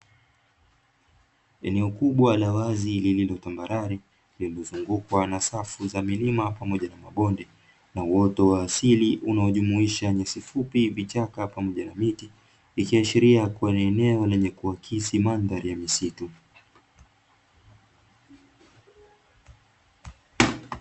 Eneo kubwa la wazi lililo tambarare, lililozungukwa na safu za milima pamoja na mabonde, na uoto wa asili unaojumuisha nyasi fupi, vichaka pamoja na miti. Ikiashiria kuwa ni eneo lenye linaloakisi mandhari ya misitu.